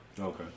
Okay